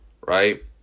right